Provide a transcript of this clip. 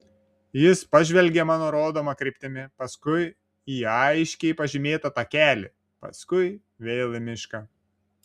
jis pažvelgė mano rodoma kryptimi paskui į aiškiai pažymėtą takelį paskui vėl į mišką